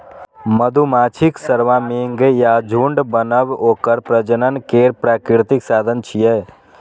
मधुमाछीक स्वार्मिंग या झुंड बनब ओकर प्रजनन केर प्राकृतिक साधन छियै